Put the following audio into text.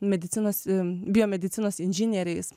medicinos m biomedicinos inžinieriais